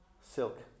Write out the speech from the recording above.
Silk